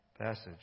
passage